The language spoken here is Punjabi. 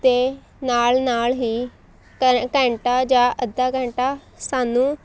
ਅਤੇ ਨਾਲ ਨਾਲ ਹੀ ਘੰ ਘੰਟਾ ਜਾਂ ਅੱਧਾ ਘੰਟਾ ਸਾਨੂੰ